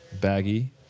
Baggy